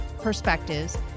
perspectives